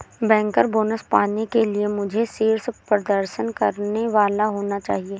banker bonus पाने के लिए मुझे शीर्ष प्रदर्शन करने वाला होना चाहिए